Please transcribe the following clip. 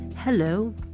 Hello